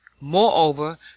Moreover